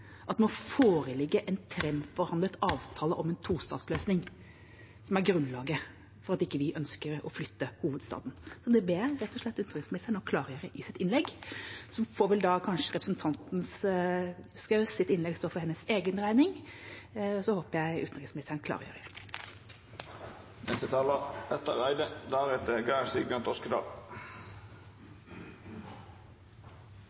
at det må foreligge en framforhandlet avtale om en tostatsløsning. Det er grunnlaget for at vi ikke ønsker å flytte hovedstaden. Det ber jeg rett og slett utenriksministeren om å klargjøre i sitt innlegg, så får vel kanskje representanten Schous innlegg stå for hennes regning. Jeg håper at utenriksministeren klargjør.